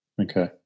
Okay